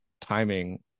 timing